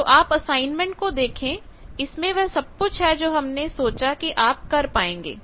तो आप असाइनमेंट को देखें इसमें वह सब कुछ है जो हमने सोचा कि आप कर पाएंगे